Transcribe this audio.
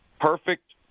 perfect